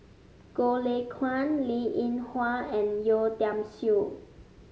Goh Lay Kuan Linn In Hua and Yeo Tiam Siew